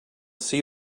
see